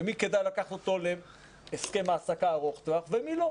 ומי כדאי לקחת אותו להסכם העסקה ארוך טווח ומי לא.